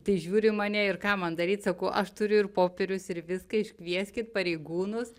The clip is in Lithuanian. tai žiūri į mane ir ką man daryt sakau aš turiu ir popierius ir viską iškvieskit pareigūnus